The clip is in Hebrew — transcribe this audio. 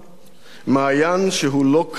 מעיין שהוא לא כרע לידו,